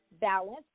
balance